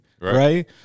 right